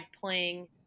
playing